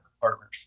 partners